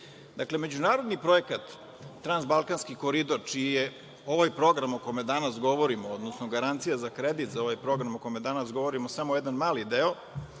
međunarodni projekat Transbalkanski koridor, čiji je ovaj program o kome danas govorimo, odnosno garancija za kredit za ovaj program o kojem danas govorimo samo jedan mali deo,